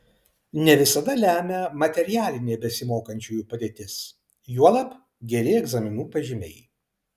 ne visada lemia materialinė besimokančiųjų padėtis juolab geri egzaminų pažymiai